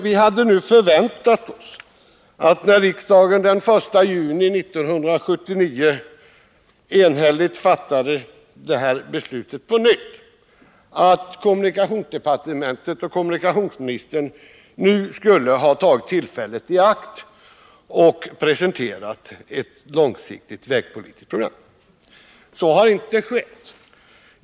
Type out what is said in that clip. Vi hade nu förväntat oss, när riksdagen den 1 juni 1979 enhälligt fattade det här beslutet på nytt, att kommunikationsministern nu skulle ha tagit tillfället i akt och presenterat ett långsiktigt vägpolitiskt program. Så har inte skett.